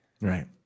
Right